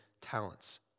talents